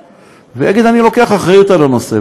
ויגיד: אני לוקח אחריות לנושא,